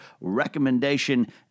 recommendation